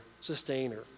sustainer